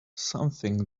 something